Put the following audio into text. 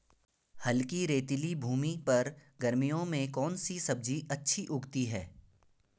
हल्की रेतीली भूमि पर गर्मियों में कौन सी सब्जी अच्छी उगती है?